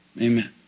Amen